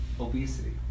obesity